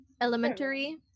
elementary